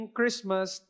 Christmas